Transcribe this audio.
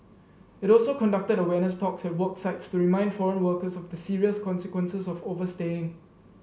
it also conducted awareness talks at work sites to remind foreign workers of the serious consequences of overstaying